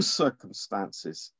circumstances